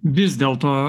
vis dėl to